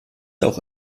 auch